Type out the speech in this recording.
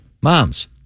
Mom's